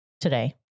today